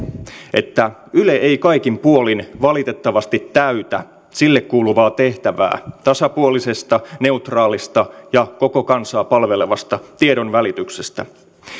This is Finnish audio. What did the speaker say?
että yle ei kaikin puolin valitettavasti täytä sille kuuluvaa tehtävää tasapuolisesta neutraalista ja koko kansaa palvelevasta tiedonvälityksestä